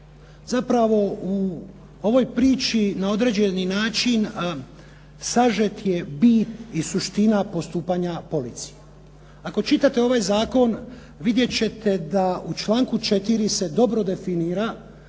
Zapravo u ovoj priči na određeni način sažet je bit i suština postupanja policije. Ako čitate ovaj zakon vidjeti ćete da u članku 4. se dobro definira